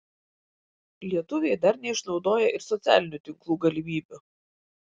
lietuviai dar neišnaudoja ir socialinių tinklų galimybių